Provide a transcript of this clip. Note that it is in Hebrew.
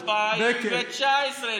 ב-2019,